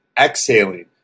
exhaling